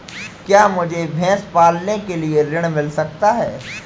क्या मुझे भैंस पालने के लिए ऋण मिल सकता है?